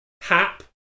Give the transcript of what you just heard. hap